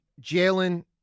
Jalen